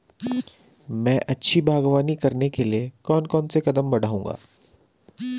मैं अच्छी बागवानी करने के लिए कौन कौन से कदम बढ़ाऊंगा?